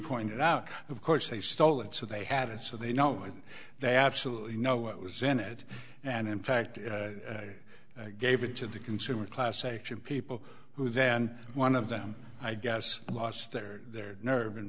pointed out of course they stole it so they had it so they know they absolutely know what was in it and in fact gave it to the consumer class action people who then one of them i guess lost their their nerve